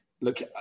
look